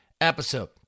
episode